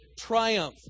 triumph